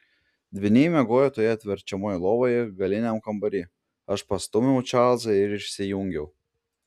dvyniai miegojo toje atverčiamoje lovoje galiniam kambary aš pastūmiau čarlzą ir išsijungiau